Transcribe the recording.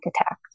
attacks